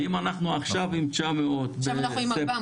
ואם אנחנו עכשיו עם 900 בספטמבר,